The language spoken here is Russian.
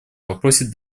вопросе